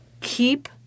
keep